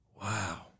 wow